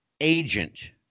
agent